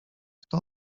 kto